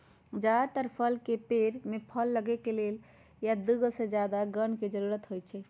जदातर फल के पेड़ में फल लगे के लेल दुगो या दुगो से जादा गण के जरूरत होई छई